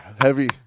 heavy